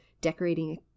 decorating